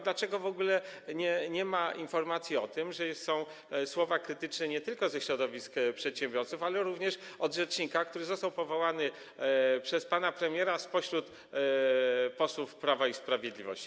Dlaczego w ogóle nie ma informacji o tym, że są słowa krytyczne nie tylko ze środowisk przedsiębiorców, ale również rzecznika, który został powołany przez pana premiera spośród posłów Prawa i Sprawiedliwości?